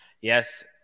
yes